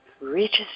reaches